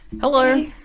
Hello